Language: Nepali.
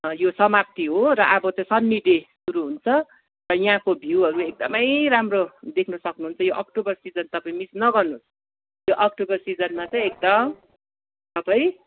यो समाप्ति हो र अब चाहिँ सन्नी डे सुरु हुन्छ र यहाँको भ्युहरू एकदमै राम्रो देख्नु सक्नु हुन्छ यो अक्टोबर सिजन तपाईँ मिस नगर्नु होस् यो अक्टोबर सिजनमा चाहिँ एकदम तपाईँ